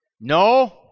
No